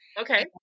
Okay